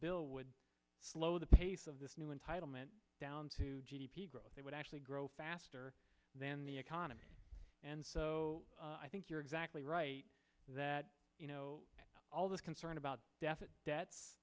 bill would slow the pace of this new entitlement down to g d p growth they would actually grow faster than the economy and so i think you're exactly right that you know all this concern about debt